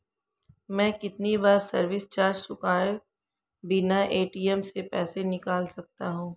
मैं कितनी बार सर्विस चार्ज चुकाए बिना ए.टी.एम से पैसे निकाल सकता हूं?